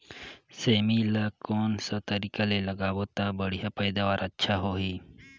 सेमी ला कोन सा तरीका ले लगाबो ता बढ़िया पैदावार अच्छा होही?